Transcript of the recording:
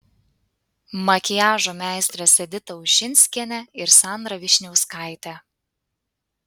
makiažo meistrės edita ušinskienė ir sandra vyšniauskaitė